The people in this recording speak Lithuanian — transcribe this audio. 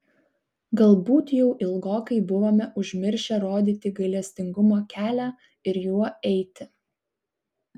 galbūt jau ilgokai buvome užmiršę rodyti gailestingumo kelią ir juo eiti